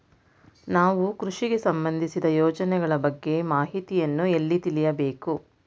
ನಾವು ಕೃಷಿಗೆ ಸಂಬಂದಿಸಿದ ಯೋಜನೆಗಳ ಬಗ್ಗೆ ಮಾಹಿತಿಯನ್ನು ಎಲ್ಲಿ ತಿಳಿಯಬೇಕು?